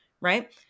right